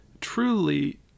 truly